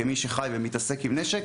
כמי שחי ומתעסק עם נשק,